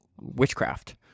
witchcraft